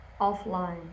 offline